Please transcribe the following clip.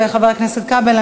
חבר הכנסת כבל,